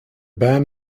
band